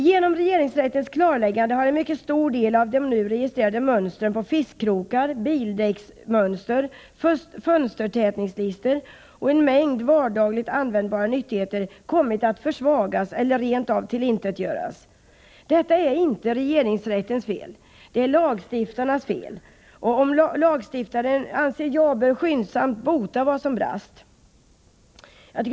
Genom regeringsrättens klarläggande har skyddet för en mycket stor del av de nu registrerade mönstren på fiskkrokar, bildäcksmönster, fönstertätningslister och en mängd vardagligt användbara nyttigheter kommit att försvagas eller rent av tillintetgöras. Detta är inte regeringsrättens fel. Det är lagstiftarens fel, och lagstiftaren bör enligt min mening skyndsamt rätta till vad som brustit.